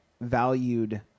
valued